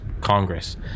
Congress